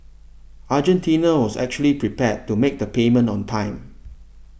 Argentina was actually prepared to make the payment on time